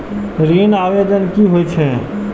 ऋण आवेदन की होय छै?